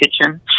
kitchen